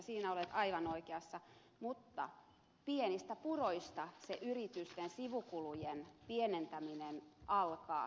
siinä olette aivan oikeassa mutta pienistä puroista se yritysten sivukulujen pienentäminen alkaa